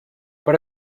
per